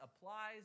applies